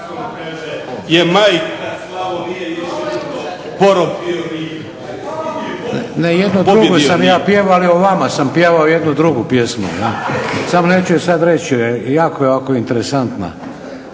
sada reći. Jako je interesantna,